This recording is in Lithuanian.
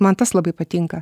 man tas labai patinka